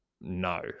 No